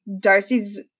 darcy's